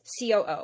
COO